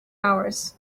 hours